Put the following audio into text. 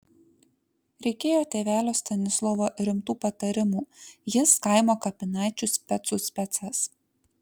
reikėjo tėvelio stanislovo rimtų patarimų jis kaimo kapinaičių specų specas